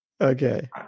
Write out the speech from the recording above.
Okay